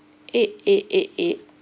eight eight eight eight